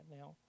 now